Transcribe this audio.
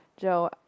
joe